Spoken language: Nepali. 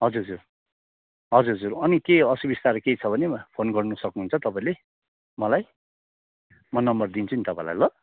हजुर हजुर हजुर हजुर अनि केही असुविस्ताहरू केही छ भने फोन गर्न सक्नुहुन्छ तपाईँले मलाई म नम्बर दिन्छु नि तपाईँलाई ल